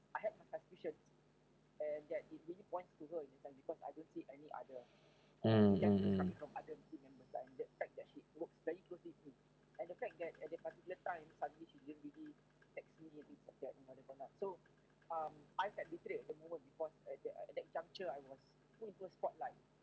mm mm mm